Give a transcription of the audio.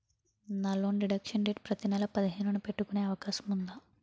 నా loan deduction date ప్రతి నెల పదిహేను న పెట్టుకునే అవకాశం ఉందా?